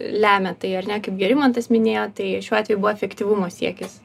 lemia tai ar ne kaip gerimantas minėjo tai šiuo atveju buvo efektyvumo siekis